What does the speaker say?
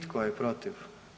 Tko je protiv?